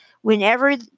Whenever